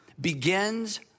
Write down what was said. begins